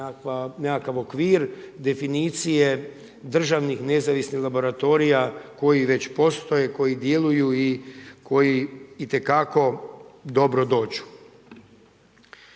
nekakav okvir definicije državnih nezavisnih laboratorija koji već postoje, koji djeluju i koji itekako dobro dođu.